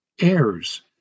heirs